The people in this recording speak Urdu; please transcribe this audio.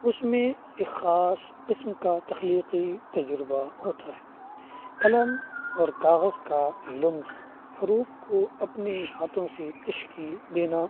اس میں ایک خاص قسم کا تخلیقی تجربہ ہوتا ہے قلم اور کاغذ کا لمس حروف کو اپنے ہاتھوں سے تشکیل دینا